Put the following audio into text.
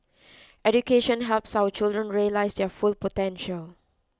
education helps our children realise their full potential